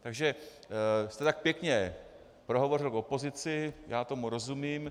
Takže vy jste tak pěkně pohovořil k opozici, já tomu rozumím.